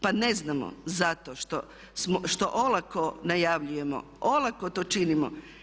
Pa ne znamo, zato što olako najavljujemo, olako to činimo.